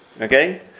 okay